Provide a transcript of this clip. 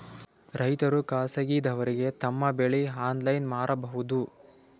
ರೈತರು ಖಾಸಗಿದವರಗೆ ತಮ್ಮ ಬೆಳಿ ಆನ್ಲೈನ್ ಮಾರಬಹುದು?